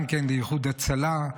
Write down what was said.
גם לאיחוד הצלה,